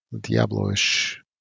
Diablo-ish